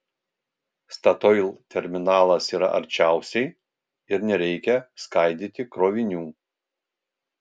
statoil terminalas yra arčiausiai ir nereikia skaidyti krovinių